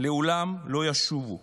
לעולם לא ישובו.